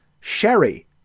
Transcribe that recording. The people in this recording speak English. Sherry